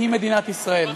היא מדינת ישראל.